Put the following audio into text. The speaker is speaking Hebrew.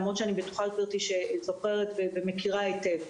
למרות שאני בטוחה שגברתי זוכרת ומכירה היטב,